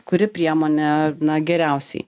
kuri priemonė na geriausiai